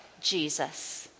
Jesus